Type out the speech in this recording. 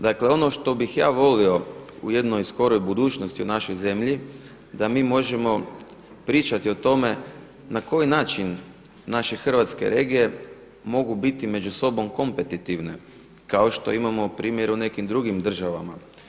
Dakle, ono što bih ja volio u jednoj skoroj budućnosti u našoj zemlji da mi možemo pričati o tome na koji način naše hrvatske regije mogu biti među sobom kompetitivne kao što imamo primjer u nekim drugim država.